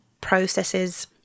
processes